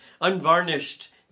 unvarnished